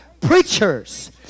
preachers